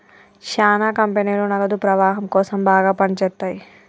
శ్యానా కంపెనీలు నగదు ప్రవాహం కోసం బాగా పని చేత్తయ్యి